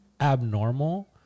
abnormal